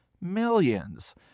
millions